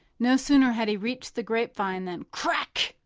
no sooner had he reached the grapevine than crack!